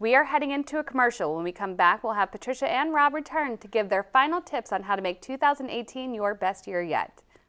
are heading into a commercial when we come back we'll have patricia and rob return to give their final tips on how to make two thousand and eighteen your best year yet